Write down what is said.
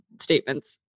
statements